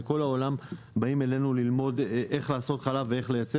מכל העולם באים אלינו ללמוד איך לעשות חלב ואיך לייצר